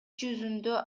жүзүндө